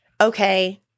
okay